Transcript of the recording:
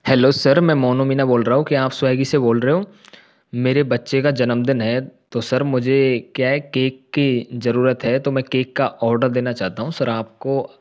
hello sir मैं मोनू मीना बोल रहा हूँ क्या आप स्वैगी से बोल रहे हो मेरे बच्चे का जन्मदिन है तो सर मुझे क्या है केक की ज़रूरत है तो मैं केक का आर्डर देना चाहता हूँ सर आपको